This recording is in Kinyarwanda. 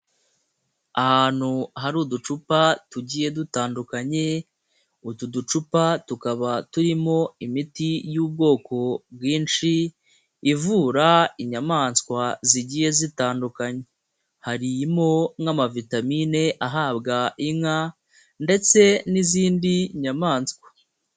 Ahantu hari uducupa tugiye dutandukanye, utu ducupa tukaba turimo imiti y'ubwoko bwinshi ,ivura inyamaswa zigiye zitandukanye. Harimo nk'amavitamine ahabwa inka ndetse n'izindi nyamaswa.